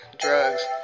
Drugs